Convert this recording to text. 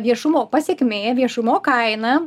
viešumo pasekmė viešumo kaina